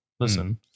Listen